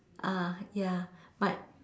ah ya but